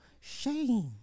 Shame